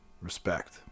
Respect